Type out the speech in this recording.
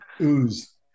ooze